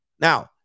now